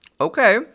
Okay